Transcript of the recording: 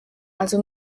also